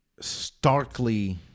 starkly